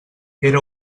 era